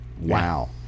Wow